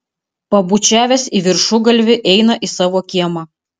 pabučiavęs į viršugalvį eina į savo kiemą